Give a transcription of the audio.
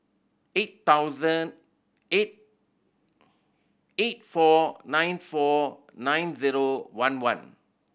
eight thousand eight eight four nine four nine zero one one